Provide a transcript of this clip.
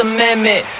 Amendment